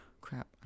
crap